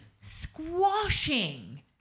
squashing